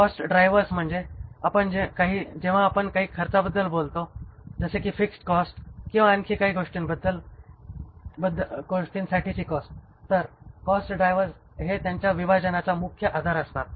cost drivers म्हणजे जेव्हा आपण काही खर्चांबद्दल बोलतो जसे कि फिक्स्ड कॉस्ट किंवा आणखी काही गोष्टींसाठीची कॉस्ट तर कॉस्ट ड्रायव्हर्स हे त्यांच्या विभाजनाचा मुख्य आधार असतात